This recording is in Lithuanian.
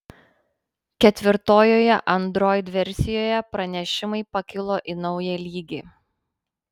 ketvirtojoje android versijoje pranešimai pakilo į naują lygį